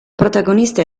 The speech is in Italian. protagonista